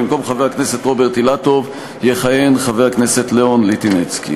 במקום חבר הכנסת רוברט אילטוב יכהן חבר הכנסת לאון ליטינצקי.